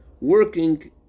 working